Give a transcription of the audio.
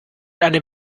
einem